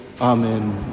Amen